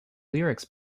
lyrics